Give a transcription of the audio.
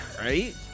Right